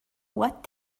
what